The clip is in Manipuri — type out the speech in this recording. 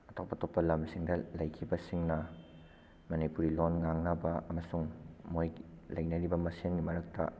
ꯑꯇꯣꯞ ꯑꯇꯣꯞꯄ ꯂꯝꯁꯤꯡꯗ ꯂꯩꯈꯤꯕꯁꯤꯡꯅ ꯃꯅꯤꯄꯨꯔꯤ ꯂꯣꯟ ꯉꯥꯡꯅꯕ ꯑꯃꯁꯨꯡ ꯃꯣꯏ ꯂꯩꯅꯔꯤꯕ ꯃꯁꯦꯟꯒꯤ ꯃꯔꯛꯇ